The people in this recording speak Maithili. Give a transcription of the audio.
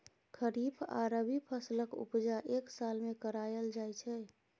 खरीफ आ रबी फसलक उपजा एक साल मे कराएल जाइ छै